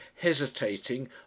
hesitating